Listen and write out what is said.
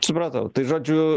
supratau tai žodžiu